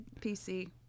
PC